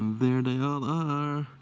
there they all are.